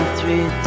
three